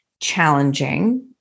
challenging